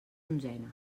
onzena